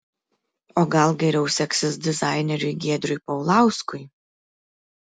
o gal geriau seksis dizaineriui giedriui paulauskui